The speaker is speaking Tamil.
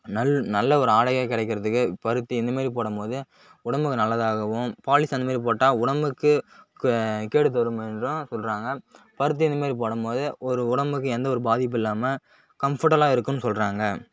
நல் நல்ல ஒரு ஆடைகள் கிடைக்கிறதுக்கு பருத்தி இந்த மாரி போடும் போது உடம்புக்கு நல்லதாகவும் பாலிஸ்டர் அந்த மாரி போட்டால் உடம்புக்கு க கேடு தரும் என்றும் சொல்கிறாங்க பருத்தி அந்த மாரி போடும் போது ஒரு உடம்புக்கு எந்த ஒரு பாதிப்பும் இல்லாமல் கம்ஃபடலாக இருக்குதுன் சொல்கிறாங்க